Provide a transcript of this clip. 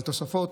התוספות,